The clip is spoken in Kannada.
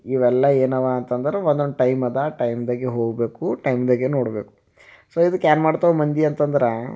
ಇವೆಲ್ಲ ಏನಿವೆ ಅಂತಂದ್ರೆ ಒಂದೊಂದು ಟೈಮ್ ಇದೆ ಆ ಟೈಮ್ದಾಗೆ ಹೋಗಬೇಕು ಟೈಮ್ದಾಗೆ ನೋಡಬೇಕು ಸೊ ಇದಕ್ಕೆ ಏನು ಮಾಡ್ತಾವೆ ಮಂದಿ ಅಂತಂದ್ರೆ